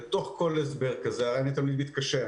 בתוך כל הסבר כזה הרי אני תלמיד מתקשה,